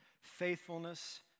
faithfulness